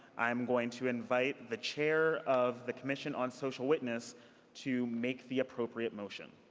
i'm going to invite the chair of the commission on social witness to make the appropriate motion.